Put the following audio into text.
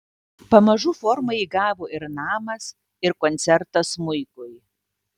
pamažu formą įgavo ir namas ir koncertas smuikui